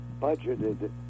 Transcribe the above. budgeted